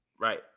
Right